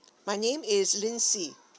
my name is lindsay